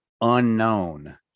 unknown